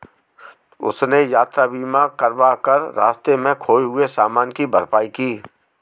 उसने यात्रा बीमा करवा कर रास्ते में खोए हुए सामान की भरपाई की